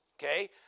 Okay